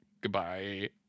Goodbye